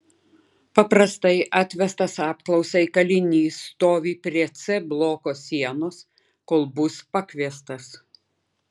paprastai atvestas apklausai kalinys stovi prie c bloko sienos kol bus pakviestas